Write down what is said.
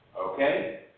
Okay